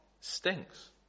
stinks